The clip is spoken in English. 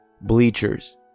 bleachers